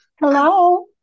Hello